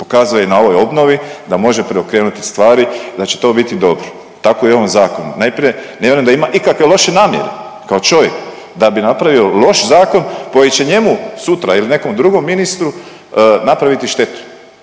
pokazao je na ovoj obnovi da može preokrenuti stvari i da će to biti dobro. Tako i u ovom zakonu, najprije ne vjerujem da ima ikakve loše namjere kao čovjek da bi napravio loš zakon koji će njemu sutra ili nekom drugom ministru napraviti štetu.